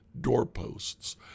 doorposts